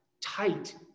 tight